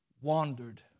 wandered